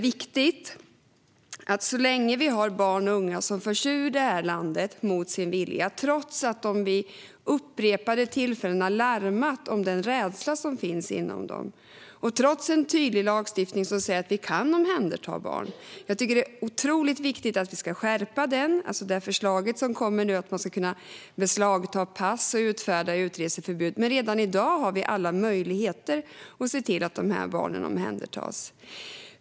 Vi har barn och unga som förs ut ur det här landet mot sin vilja, trots att de vid upprepade tillfällen larmat om den rädsla som finns inom dem och trots en tydlig lagstiftning som säger att vi kan omhänderta barn. Jag tycker att det är otroligt viktigt att vi ska skärpa den genom det förslag som kommer nu om att man ska kunna beslagta pass och utfärda utreseförbud, men redan i dag har vi alla möjligheter att se till att de här barnen omhändertas.